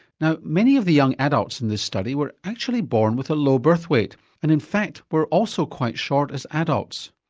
now many of the young adults in this study were actually born with a low birth weight and in fact were also quite short as adults.